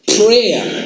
prayer